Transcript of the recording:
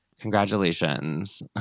Congratulations